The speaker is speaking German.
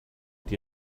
die